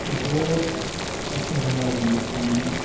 بہت اچھا ہمارا ہندوستان ہے